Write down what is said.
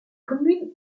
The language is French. commune